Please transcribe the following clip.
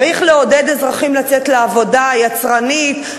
צריך לעודד אזרחים לצאת לעבודה יצרנית,